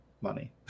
money